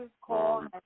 call